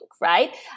right